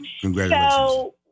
Congratulations